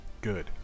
good